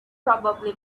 probably